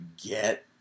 get